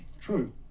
True